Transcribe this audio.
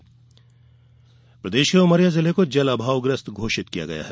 जल अभाव प्रदेश के उमरिया जिले को जल अभावग्रस्त जिला घोषित किया गया है